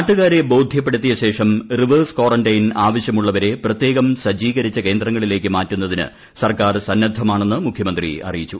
നാട്ടുകാരെ ബോധ്യപ്പെടുത്തിയശേഷം reverse quarantine ആവശ്യമുള്ളവരെ പ്രത്യേകം സജ്ജീകരിച്ച കേന്ദ്രങ്ങളിലേക്ക് മാറ്റുന്നതിന് സർക്കാർ സന്നദ്ധമാണെന്ന് മുഖ്യമന്ത്രി അറിയിച്ചു